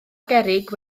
gerrig